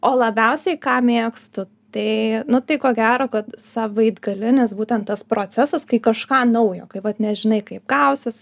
o labiausiai ką mėgstu tai nu tai ko gero kad savaitgalinis būtent tas procesas kai kažką naujo kai vat nežinai kaip gausis